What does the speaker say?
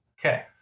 Okay